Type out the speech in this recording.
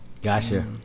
Gotcha